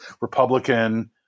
Republican